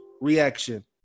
reaction